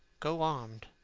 go armed.